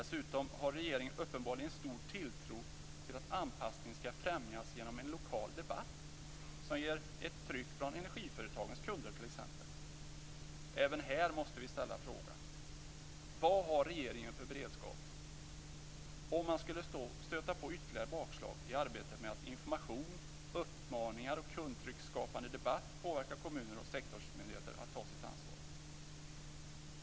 Dessutom har regeringen uppenbarligen stor tilltro till att anpassningen skall främjas genom en lokal debatt som ger ett tryck från energiföretagens kunder t.ex. Även här måste vi ställa frågan: Vad har regeringen för beredskap om man skulle stöta på ytterligare bakslag i arbetet med att med information, uppmaningar och kundtrycksskapande debatt påverka kommuner och sektorsmyndigheter att ta sitt ansvar?